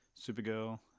Supergirl